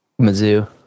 Mizzou